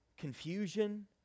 confusion